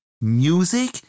music